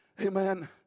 Amen